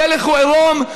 המלך הוא עירום.